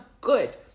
good